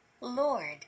Lord